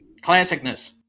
classicness